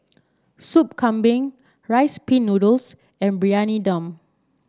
Soup Kambing Rice Pin Noodles and Briyani Dum